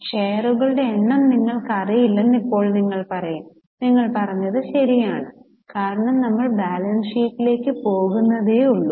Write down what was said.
ഷെയറുകളുടെ എണ്ണം നിങ്ങൾക്ക് അറിയില്ലെന്ന് ഇപ്പോൾ നിങ്ങൾ പറയും നിങ്ങൾ പറഞ്ഞത് ശരിയാണ് കാരണം നമ്മൾ ബാലൻസ് ഷീറ്റിലേക്ക് പോകുന്നതേ ഉള്ളു